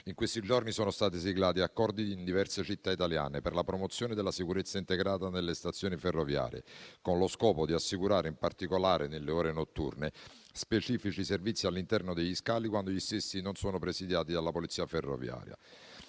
in questi giorni sono stati siglati accordi in diverse città italiane per la promozione della sicurezza integrata nelle stazioni ferroviarie con lo scopo di assicurare, in particolare nelle ore notturne, specifici servizi all'interno degli scali, quando essi non sono presidiati dalla Polizia ferroviaria;